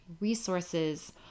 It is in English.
resources